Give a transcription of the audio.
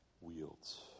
wields